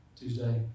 Tuesday